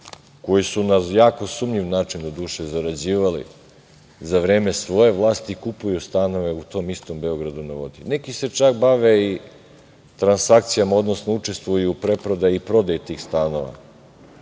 koji su na jako sumnjiv način, doduše, zarađivali za vreme svoje vlasti kupuju stanove u tom istom „Beogradu na vodi“.Neki se čak bave i transakcijama, odnosno učestvuju u preprodaji i prodaji tih stanova